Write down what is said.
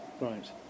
right